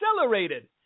accelerated